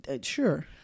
Sure